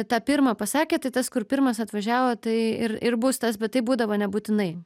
tą pirmą pasakė tai tas kur pirmas atvažiavo tai ir ir bus tas bet tai būdavo nebūtinai